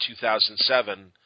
2007